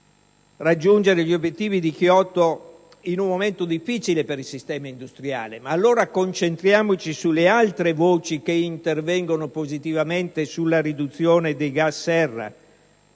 raggiungere gli obiettivi di Kyoto in un momento difficile per il sistema industriale, ma allora concentriamoci sulle altre voci che intervengono positivamente sulla riduzione dei gas serra,